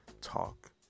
talk